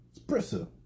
Espresso